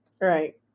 right